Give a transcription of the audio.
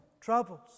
troubles